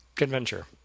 Adventure